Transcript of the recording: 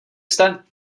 jste